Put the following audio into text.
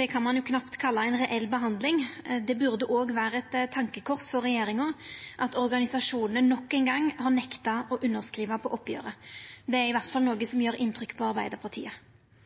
Det kan ein knapt kalla ei reell behandling. Det burde òg vera eit tankekors for regjeringa at organisasjonane endå ein gong har nekta å skriva under på oppgjeret. Det er i alle fall noko